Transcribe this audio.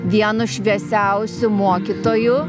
vienu šviesiausiu mokytoju